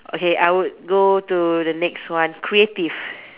okay I would go to the next one creative